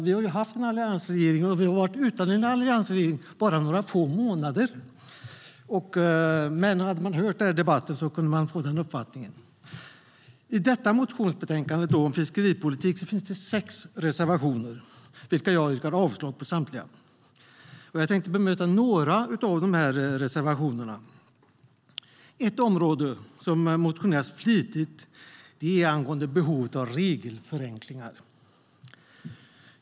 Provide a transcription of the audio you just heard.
Vi har haft en alliansregering, och vi har varit utan en alliansregering i bara några få månader. Men om man har hört debatten skulle man kunna få den uppfattningen. I detta motionsbetänkande om fiskeripolitik finns det sex reservationer. Jag yrkar avslag på samtliga. Jag tänkte bemöta några av dessa reservationer. Något som det motioneras flitigt om är behovet av regelförenklingar.